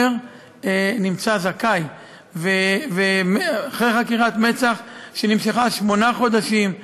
נמצא זכאי אחרי חקירת מצ"ח שנמשכה שמונה חודשים.